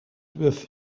with